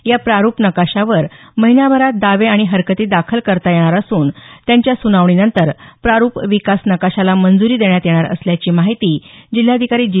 या प्रारूप नकाशावर महिनाभरात दावे आणि हरकती दाखल करता येणार असून त्यांच्या सुनावणीनंतर प्रारूप विकास नकाशाला मंजुरी देण्यात येणार असल्याची माहिती जिल्हाधिकारी जी